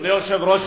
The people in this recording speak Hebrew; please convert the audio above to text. אדוני היושב-ראש,